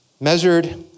Measured